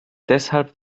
deshalb